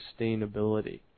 sustainability